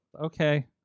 Okay